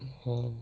orh